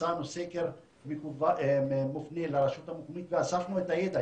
הוצאנו סקר מופנה לרשות המקומית ואספנו את הידע.